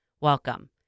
welcome